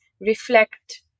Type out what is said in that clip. reflect